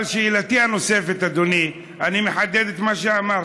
אבל שאלתי הנוספת, אדוני, אני מחדד את מה שאמרת: